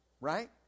Right